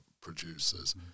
producers